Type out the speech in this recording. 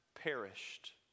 perished